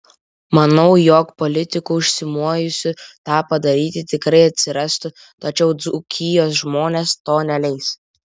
manau jog politikų užsimojusių tą padaryti tikrai atsirastų tačiau dzūkijos žmonės to neleis